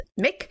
Mick